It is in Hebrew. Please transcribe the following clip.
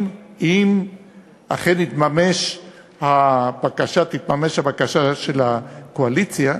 אם אכן תתממש הבקשה של הקואליציה,